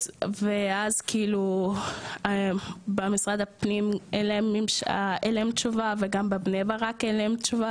ואז כאילו במשרד הפנים אין להם תשובה וגם בבני ברק אין להם תשובה,